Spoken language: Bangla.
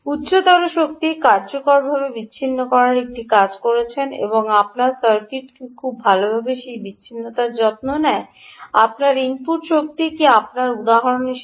উচ্চতর শক্তি কার্যকরভাবে বিচ্ছিন্ন করার একটি কাজ করেছেন আপনার সার্কিট কি খুব ভালভাবে এই বিচ্ছিন্নতার যত্ন নেয় আপনার ইনপুট শক্তি কী আপনার উদাহরণ হিসাবে